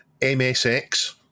MSX